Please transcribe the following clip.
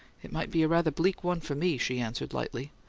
it might be a rather bleak one for me, she answered, lightly.